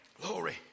Glory